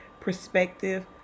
perspective